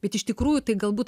bet iš tikrųjų tai galbūt